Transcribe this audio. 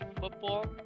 football